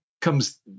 comes